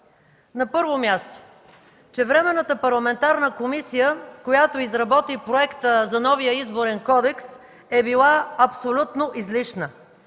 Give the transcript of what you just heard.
На първо място, че Временната парламентарна комисия, която изработи Проекта за новия Изборен кодекс, е била абсолютно излишна.